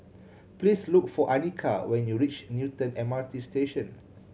please look for Anika when you reach Newton M R T Station